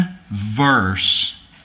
verse